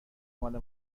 مال